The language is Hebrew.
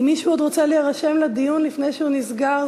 אם מישהו עוד רוצה להירשם לדיון לפני שהוא נסגר,